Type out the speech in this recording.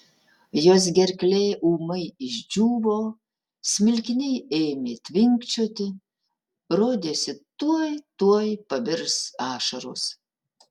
jos gerklė ūmai išdžiūvo smilkiniai ėmė tvinkčioti rodėsi tuoj tuoj pabirs ašaros